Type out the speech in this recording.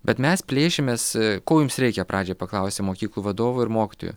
bet mes plėšimės ko jums reikia pradžiai paklausė mokyklų vadovų ir mokytojų